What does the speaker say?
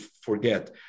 forget